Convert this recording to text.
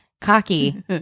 Cocky